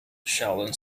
sheldon